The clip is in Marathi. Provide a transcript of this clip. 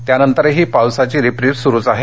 त्या नंतरही पावसाची रिपरिप सुरूच आहे